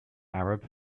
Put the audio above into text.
arab